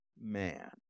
man